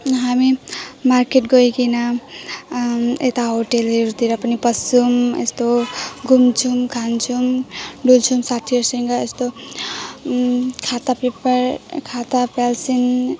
हामी मार्केट गइकन यता होटलहरूतिर पनि पस्छौँ यस्तो घुम्छौँ खान्छौँ डुल्छौँ साथीहरूसँग यस्तो खाता पेपर खाता पेलसिन